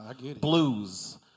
Blues